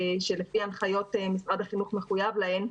שלפי הנחיות משרד החינוך מחויב להן,